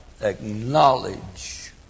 acknowledge